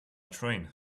train